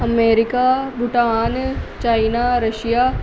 America Bhutan China Russia